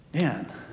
Man